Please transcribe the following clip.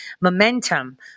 momentum